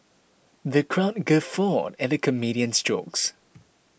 the crowd guffawed at the comedian's jokes